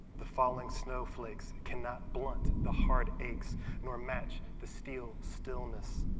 the falling snowflakes cannot blunt the heart aches nor match the steel stillness.